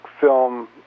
film